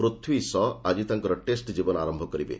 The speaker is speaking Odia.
ପୃଥ୍ୱୀ ସ ଆଜି ତାଙ୍କର ଟେଷ୍ଟ୍ ଜୀବନ ଆରମ୍ଭ କରିବେ